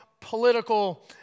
political